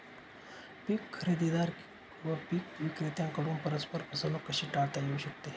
पीक खरेदीदार व पीक विक्रेत्यांकडून परस्पर फसवणूक कशी टाळता येऊ शकते?